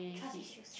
trust issues